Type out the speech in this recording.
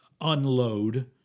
unload